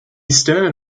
stern